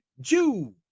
Jew